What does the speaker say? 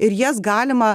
ir jas galima